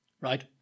Right